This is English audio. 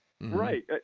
Right